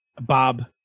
Bob